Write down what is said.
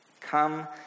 Come